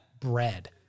Bread